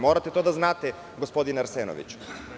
Morate to da znate gospodine Arseniviću.